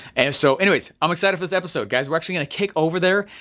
and so anyways, i'm excited for this episode, guys, we're actually gonna kick over there.